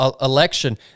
election